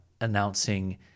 announcing